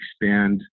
expand